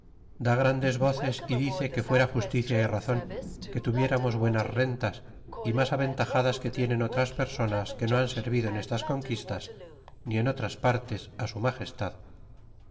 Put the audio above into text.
da grandes voces y dice que fuera justicia y razon que tuviéramos buenas rentas y mas aventajadas que tienen otras personas que no han servido en estas conquistas ni en otras partes su magestad